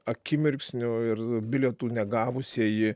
akimirksniu ir bilietų negavusieji